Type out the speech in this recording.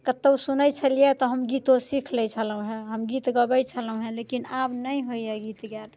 कतहुँ सुनैत छलियै तऽ हम गीत ओ सीख लै छलहुँ हँ हम गीत गबैत छलहुँ हँ लेकिन आब नहि होइया गीत गायल